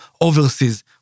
overseas